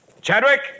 Chadwick